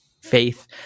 faith